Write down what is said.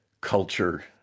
culture